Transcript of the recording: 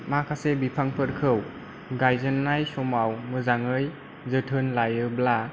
माखासे बिफांफोरखौ गायजेननाय समाव मोजांयै जोथोन लायोब्ला